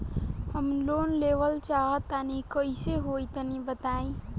हम लोन लेवल चाहऽ तनि कइसे होई तनि बताई?